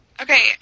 Okay